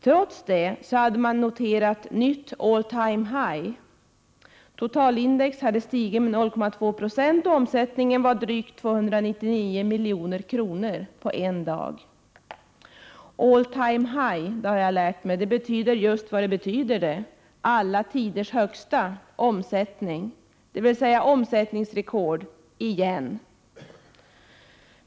Trots det hade man noterat nytt all-time-high. Totalindex hade stigit med 0,2 20, och omsättningen var drygt 299 milj.kr. på en dag. All-time-high, har jag lärt mig, betyder just vad det betyder: alla-tidershögsta, dvs. omsättningsrekord — igen!